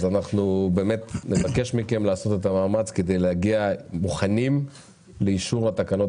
אז אנחנו באמת נבקש מכם לעשות את המאמץ כדי להגיע מוכנים לאישור התקנות